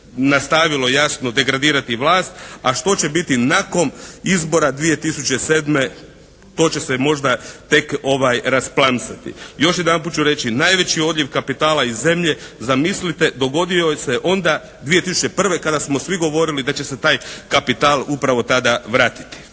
nastavilo jasno degradirati vlast a što će biti nakon izbora 2007. to će se možda tek rasplamsati. Još jedanput ću reći, najveći odljev kapitala iz zemlje zamislite dogodio se onda 2001. kada smo svi govorili da će se taj kapital upravo tada vratiti.